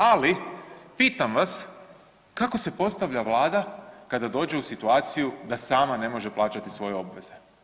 Ali, pitam vas, kako se postavlja Vlada kada dođe u situaciju da sama ne može plaćati svoje obveze.